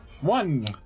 One